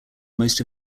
most